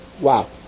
Wow